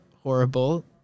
horrible